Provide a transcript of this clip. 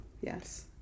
Yes